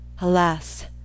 Alas